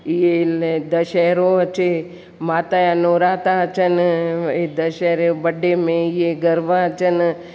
इहे दशहरो अचे माता जा नवरात्रा अचनि ऐं दशहरो जो बडे में इहे गरबा अचनि